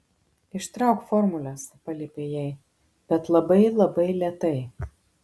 ištrauk formules paliepė jai bet labai labai lėtai